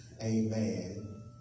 Amen